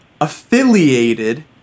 affiliated